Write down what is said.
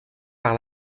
par